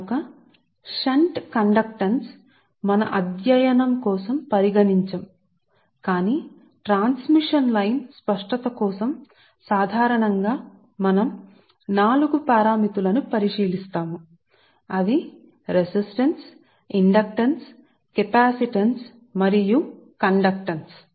కాబట్టి ఈ shunt conductance నేపథ్యంథీమ్ మన అధ్యయనం కోసం పరిగణించం కాని ట్రాన్స్మిషన్ లైన్ కోసం స్పష్టత కొరకు మనం నాలుగు పారామితులను పరిశీలిస్తాము కాబట్టి రెసిస్టన్స్ ఇండక్టెన్స్ కెపాసిటెన్స్ మరియు మీ కండక్టన్స్